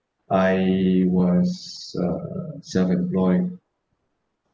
I was uh self-employed